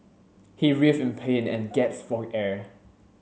he writhed in pain and gasped for air